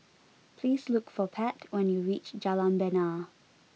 please look for Pat when you reach Jalan Bena